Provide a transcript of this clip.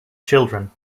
children